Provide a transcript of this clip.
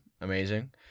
amazing